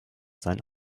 sein